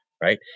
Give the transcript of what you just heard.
right